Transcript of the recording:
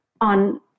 on